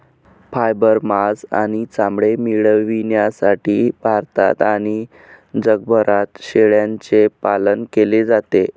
fibre, मांस आणि चामडे मिळविण्यासाठी भारतात आणि जगभरात शेळ्यांचे पालन केले जाते